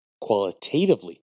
qualitatively